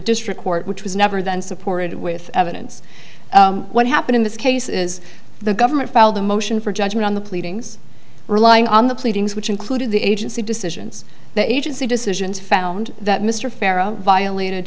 district court which was never then supported with evidence what happened in this case is the government filed a motion for judgment on the pleadings relying on the pleadings which included the agency decisions the agency decisions found that mr farrow violated